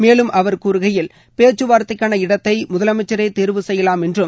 மேலும் அவர் கூறுகையில் டேச்சுவார்த்தைக்கான இடத்தை முதலமைச்சரே தேர்வு செய்யலாம் என்றும்